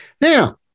now